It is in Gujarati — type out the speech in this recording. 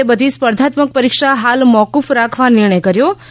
એ બધી સ્પર્ધાત્મક પરીક્ષા હાલ મોકૂફ રાખવા નિર્ણય કર્યો